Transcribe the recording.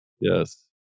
Yes